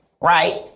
right